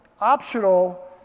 Optional